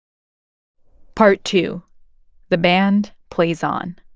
part two the band plays on